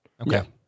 Okay